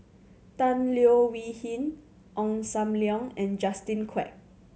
Tan Leo Wee Hin Ong Sam Leong and Justin Quek